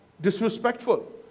disrespectful